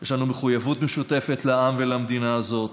יש לנו מחויבות משותפת לעם ולמדינה הזאת.